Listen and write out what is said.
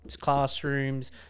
classrooms